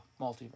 multiverse